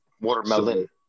Watermelon